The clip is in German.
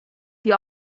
die